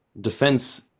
defense